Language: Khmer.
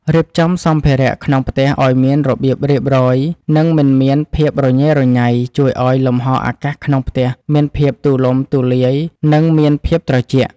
រៀបចំសម្ភារៈក្នុងផ្ទះឱ្យមានរបៀបរៀបរយនិងមិនមានភាពញ៉េរញ៉ៃជួយឱ្យលំហអាកាសក្នុងផ្ទះមានភាពទូលំទូលាយនិងមានភាពត្រជាក់។